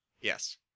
Yes